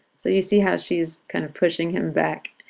so you see how she's kind of pushing him back.